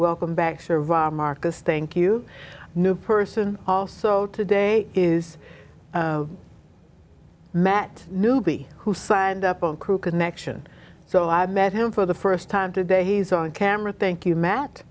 welcome back survivor marcus thank you new person also today is matt newby who signed up and crew connection so i met him for the st time today he's on camera thank you matt